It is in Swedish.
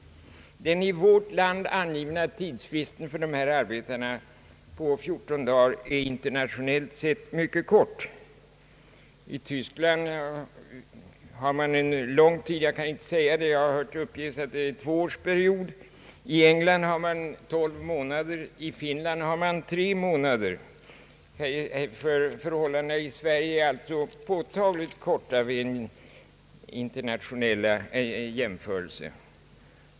Den i vårt land angivna tidsfristen på 14 dagar för dessa arbeten är internationellt sett mycket kort. Jag kan inte säga bestämt, men jag har hört att man i Tyskland har en så lång tid som två år. I England har man tolv månader och i Finland tre månader. Tidsfristen i Sverige är alltså påtagligt kortare.